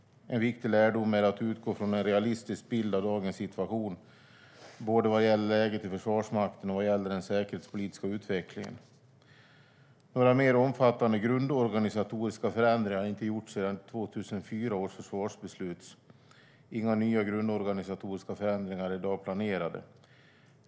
En viktig lärdom är att utgå från en realistisk bild av dagens situation både vad gäller läget i Försvarsmakten och vad gäller den säkerhetspolitiska utvecklingen. Några mer omfattande grundorganisatoriska förändringar har inte gjorts sedan 2004 års försvarsbeslut. Inga nya grundorganisatoriska förändringar är i dag planerade.